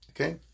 okay